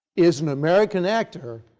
is an american actor,